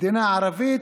במדינה ערבית,